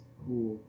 cool